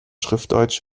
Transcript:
schriftdeutsch